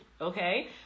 okay